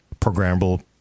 programmable